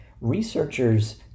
researchers